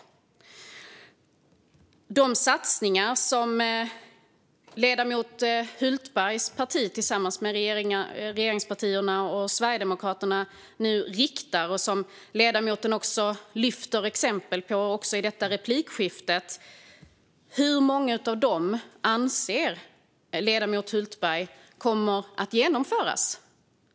Hur många av de satsningar som ledamoten Hultbergs parti tillsammans med de övriga regeringspartierna och Sverigedemokraterna nu riktar, och som ledamoten nu också lyfter exempel på i detta replikskifte, anser ledamoten Hultberg kommer att genomföras?